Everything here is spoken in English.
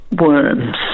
Worms